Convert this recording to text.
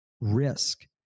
risk